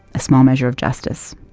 a small measure of justice